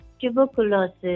tuberculosis